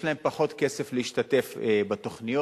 יש להן פחות כסף להשתתף בתוכניות,